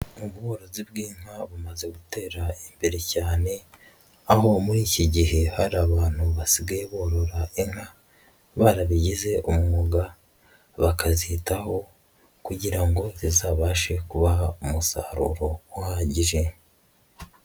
Ubworozi bw'inka bumaze gutera imbere cyane, aho muri iki gihe hari abantu basigaye borora inka barabigize umwuga, bakazitaho kugirango zizabashe kubaha umusaruro uhagije.